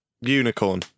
unicorn